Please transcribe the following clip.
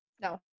no